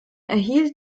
erhielt